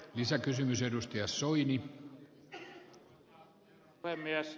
arvoisa herra puhemies